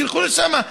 שילכו לשם.